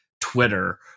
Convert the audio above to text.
Twitter